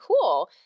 cool